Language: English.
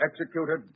executed